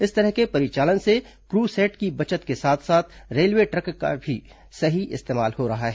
इस तरह के परिचालन से क्रू सेट की बचत के साथ साथ रेलवे ट्रैक का भी सही इस्तेमाल हो रहा है